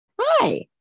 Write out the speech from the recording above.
Hi